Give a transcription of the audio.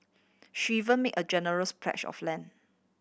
she even made a generous pledge of land